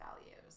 values